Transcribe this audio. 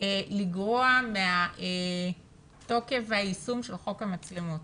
לגרוע מהתוקף והיישום של חוק המצלמות.